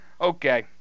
Okay